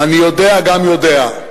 אני יודע גם יודע.